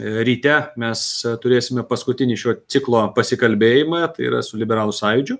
ryte mes turėsime paskutinį šio ciklo pasikalbėjimą tai yra su liberalų sąjūdžiu